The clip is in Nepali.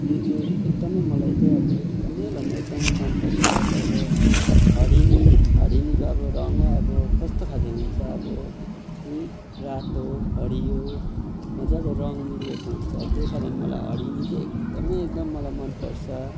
मुजुर एकदमै मलाई चाहिँ अब एकदमैभन्दा अब एकदम मनपर्छ अन्त अरू हरिणी हरिणीको अब रङ्ग नै अब कस्तो खाले हुन्छ अब त्यही रातो हरियो मजाले रङ्ग मिलेको हुन्छ त्यही कारण मलाई हरिणी चाहिँ एकदमै एकदम मलाई मनपर्छ